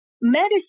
medicine